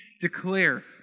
declare